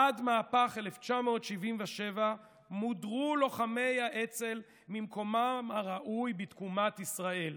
עד מהפך 1977 מודרו לוחמי האצ"ל ממקומם הראוי בתקומת ישראל,